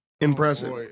impressive